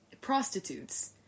prostitutes